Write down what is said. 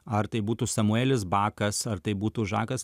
ar tai būtų samuelis bakas ar tai būtų žakas